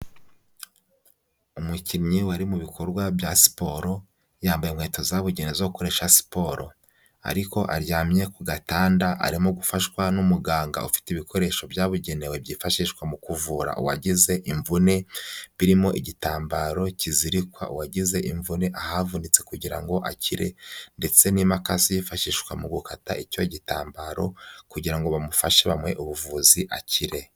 Umukinnyi wari mu bikorwa bya siporo, yambaye inkweto zabugenewe zo gukoresha siporo, ariko aryamye ku gatanda, arimo gufashwa n'umuganga ufite ibikoresho byabugenewe byifashishwa mu kuvura uwagize imvune, birimo igitambaro kizirikwa uwagize imvune ahavunitse kugira ngo akire, ndetse n'imakasi yifashishwa mu gukata icyo gitambaro, kugira ngo bamufashe bamuhe ubuvuzi akire.